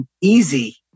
easy